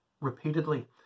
repeatedly